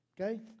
Okay